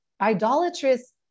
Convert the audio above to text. idolatrous